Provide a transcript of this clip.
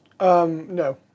No